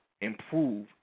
improve